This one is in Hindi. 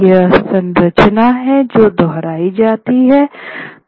यह संरचना है जो दोहराती जाती है